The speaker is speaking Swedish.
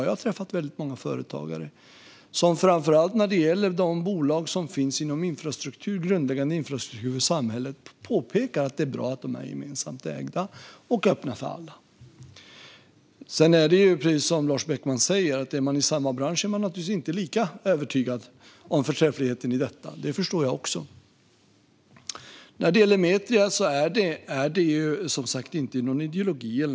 Ja, jag har träffat väldigt många företagare som påpekar att det är bra att bolagen är gemensamt ägda och öppna för alla, framför allt när det gäller de bolag som finns inom infrastruktur som är grundläggande för samhället. Sedan är det precis som Lars Beckman säger. Är man i samma bransch är man naturligtvis inte lika övertygad om förträffligheten i detta. Det förstår jag också. När det gäller Metria handlar det inte om någon ideologi.